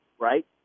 right